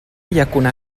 llacuna